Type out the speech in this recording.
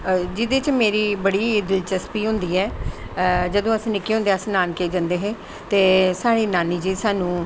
जेह्दे च मेरी बड़ी दिसचस्बी होंदी ऐ जदूं अस निक्के होंदे नानके जंदे हे ते साढ़ी नानी जी सानूं